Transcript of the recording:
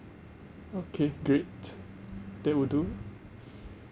okay great that will do